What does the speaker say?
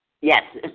Yes